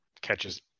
catches